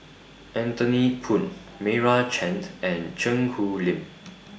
Anthony Poon Meira Chand and Cheang Hong Lim